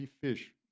fish